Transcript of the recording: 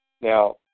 Now